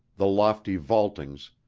the lofty vaultings,